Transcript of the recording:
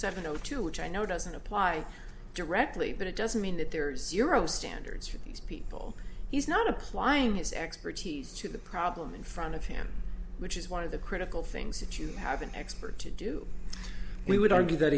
seven o two which i know doesn't apply directly but it doesn't mean that there are zero standards for these people he's not applying his expertise to the problem in front of him which is one of the critical things that you have an expert to do we would argue that